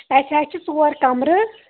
اَسہِ حظ چھِ ژور کَمرٕ